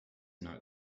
not